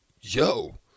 yo